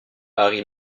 harry